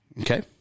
Okay